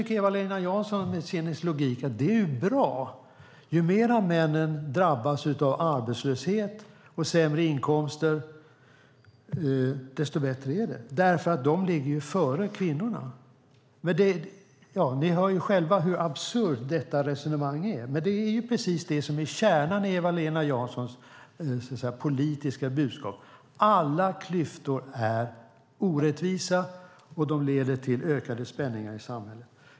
Eva-Lena Jansson med sin logik tycker då att det är bra - ju mer männen drabbas av arbetslöshet och sämre inkomster, desto bättre är det eftersom männen ligger före kvinnorna. Ni hör själva hur absurt detta resonemang är, men det som är kärnan i Eva-Lena Janssons budskap är just att alla klyftor är orättvisa och leder till ökade spänningar i samhället.